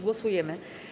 Głosujemy.